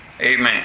Amen